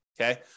Okay